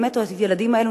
הילדים האלה,